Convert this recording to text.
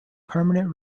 permanent